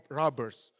robbers